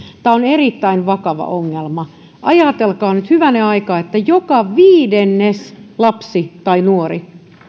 tämä on erittäin vakava ongelma ajatelkaa nyt hyvänen aika joka viides lapsi tai nuori